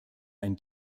ein